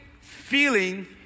feeling